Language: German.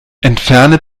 entferne